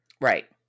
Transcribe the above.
Right